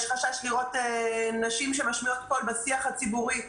יש חשש לראות נשים שמשמיעות קול בשיח הציבורי.